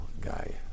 guy